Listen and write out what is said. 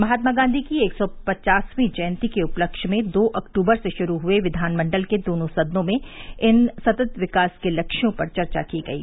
महात्मा गांधी की एक सौ पचासवीं जयंती के उपलक्ष्य में दो अक्टूबर से शुरू हुये विधानमंडल के दोनों सदनों में इन सतत विकास के लक्ष्यों पर चर्चा की गयी